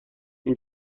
این